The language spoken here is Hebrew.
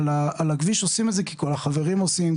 הכביש עושים את זה כי כל החברים עושים,